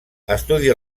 estudis